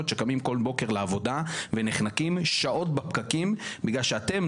שקמים כל בוקר לעבודה ונחנקים שעות בפקקים בגלל שאתם,